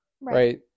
right